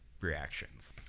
reactions